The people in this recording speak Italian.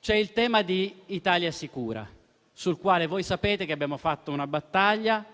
C'è il tema di Italia sicura, sul quale sapete che abbiamo fatto una battaglia.